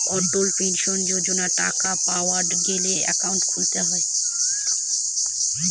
অটল pension যোজনার টাকা পাওয়া গেলে একাউন্ট খুলতে হয়